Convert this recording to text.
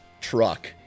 truck